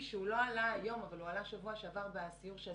תראו מה קרה בארצות הברית,